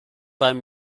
beim